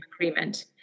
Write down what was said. agreement